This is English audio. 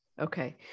okay